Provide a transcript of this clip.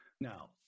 Now